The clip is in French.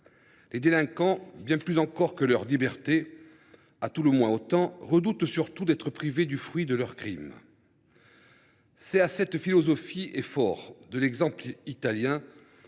Les délinquants, bien plus encore que de leur liberté, à tout le moins autant, redoutent surtout d’être privés du fruit de leurs crimes. C’est sur le fondement de cette philosophie et fort de l’exemple italien